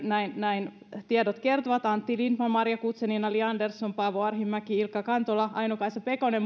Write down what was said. näin näin tiedot kertovat muun muassa antti lindtman maria guzenina li andersson paavo arhinmäki ilkka kantola aino kaisa pekonen